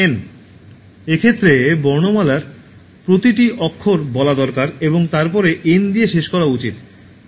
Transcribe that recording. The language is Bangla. এন এক্ষেত্রে বর্ণমালার প্রতিটি অক্ষর বলা দরকার এবং তারপরে "এন" দিয়ে শেষ করা উচিত